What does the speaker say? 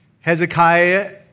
Hezekiah